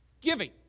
Giving